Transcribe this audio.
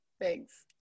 Thanks